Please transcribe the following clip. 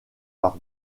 par